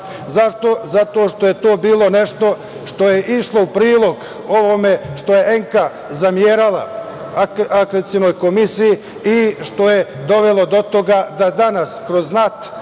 Zašto? Zato što je to bilo nešto što je išlo u prilog ovome što je ENKA zamerala akreditacionoj komisiji, što je dovelo do toga da danas kroz NAT